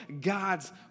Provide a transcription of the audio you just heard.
God's